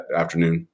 afternoon